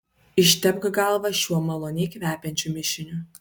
ištepk galvą šiuo maloniai kvepiančiu mišiniu